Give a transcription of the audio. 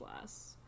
less